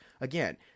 Again